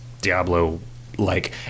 Diablo-like